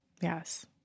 Yes